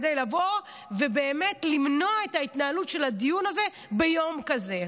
כדי לבוא ולמנוע את ההתנהלות של הדיון ביום כזה.